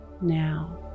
now